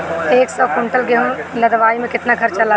एक सौ कुंटल गेहूं लदवाई में केतना खर्चा लागी?